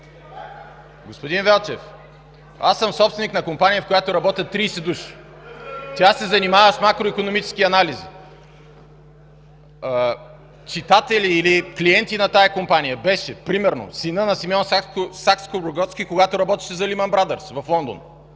Господин Велчев, аз съм собственик на компания, в която работят тридесет души. Тя се занимава с макроикономически анализи. Читатели или клиенти на тази компания бяха примерно синът на Симеон Сакскобургготски, когато работеше за „Лимън Брадърс” в Лондон,